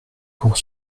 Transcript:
pour